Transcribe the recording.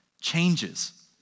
changes